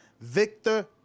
Victor